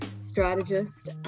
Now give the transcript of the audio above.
strategist